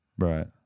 Right